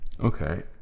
Okay